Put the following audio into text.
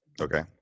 okay